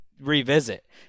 revisit